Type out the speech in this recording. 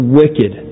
wicked